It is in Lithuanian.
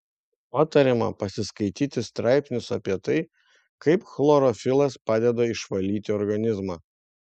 patariama pasiskaityti straipsnius apie tai kaip chlorofilas padeda išvalyti organizmą